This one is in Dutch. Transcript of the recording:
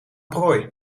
prooi